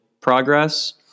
progress